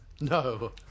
No